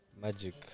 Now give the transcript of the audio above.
magic